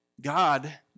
God